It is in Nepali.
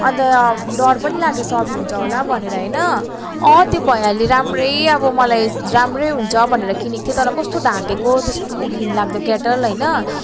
अन्त डर पनि लाग्यो सर्ट हुन्छ होला भनेर होइन अँ त्यो भैयाले राम्रै अब मलाई राम्रै हुन्छ भनेर किनेको थिएँ तर कस्तो ढाँटेको त्यस्तो घिनलाग्दो केटल होइन